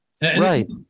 Right